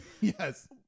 Yes